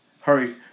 Hurry